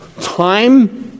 time